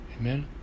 Amen